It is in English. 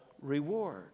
reward